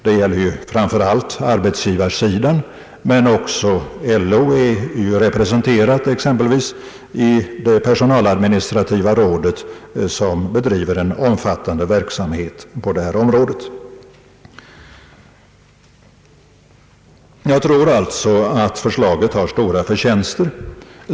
Det gäller framför allt arbetsgivarsidan, men också LO är ju representerat exempelvis i Personaladministrativa rådet, som bedriver en omfattande verksamhet på det här området. Jag tror alltså att förslaget har stora förtjänster.